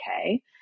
okay